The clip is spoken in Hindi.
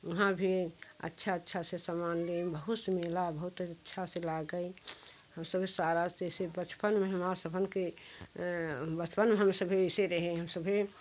वहाँ भी अच्छा अच्छा से सामान लें ले बहुत स मेला बहुत अच्छा से लागई हम सभी सारा से से बचपन में हमार सभी के बचपन हम सभी ऐसे रहे हम सभी